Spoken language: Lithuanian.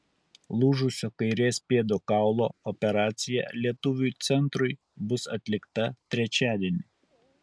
lūžusio kairės pėdos kaulo operacija lietuviui centrui bus atlikta trečiadienį